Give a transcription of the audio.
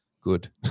good